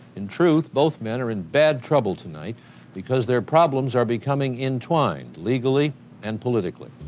in truth, both men are in bad trouble tonight because their problems are becoming entwined, legally and politically.